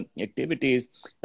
activities